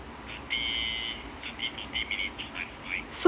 so